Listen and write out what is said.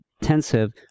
intensive